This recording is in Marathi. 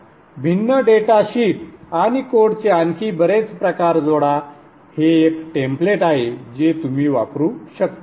भिन्न डेटा शीट आणि कोडचे आणखी बरेच प्रकार जोडा हे एक टेम्पलेट आहे जे तुम्ही वापरू शकता